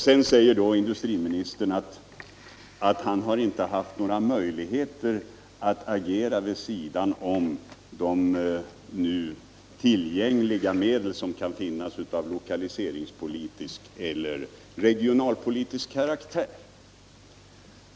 Sedan säger industriministern att han inte har haft några möjligheter att agera vid sidan av nu tillgängliga medel för stödåtgärder av lokaliseringspolitisk eller regionalpolitisk karaktär.